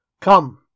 Come